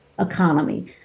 economy